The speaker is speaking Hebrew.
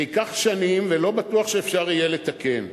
זה ייקח שנים ולא בטוח שאפשר יהיה לתקן.